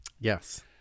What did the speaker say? Yes